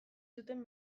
zuten